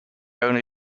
only